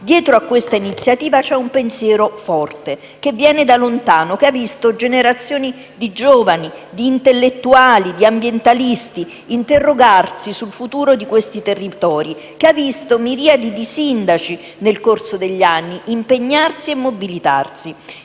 Dietro questa iniziativa c'è un pensiero forte, che viene da lontano, che ha visto generazioni di giovani, di intellettuali e di ambientalisti interrogarsi sul futuro di questi territori; che ha visto miriadi di sindaci, nel corso degli anni, impegnarsi e mobilitarsi.